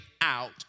out